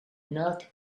not